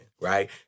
right